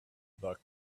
the